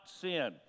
sin